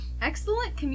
Excellent